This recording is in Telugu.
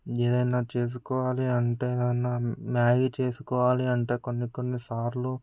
ఏదైనా చేసుకోవాలి అంటే గనుక మ్యాగీ చేసుకోవాలంటే కొన్ని కొన్ని సార్లు